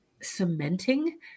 cementing